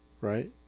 right